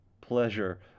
pleasure